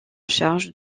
charge